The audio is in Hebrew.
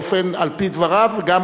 על-פי דבריו גם,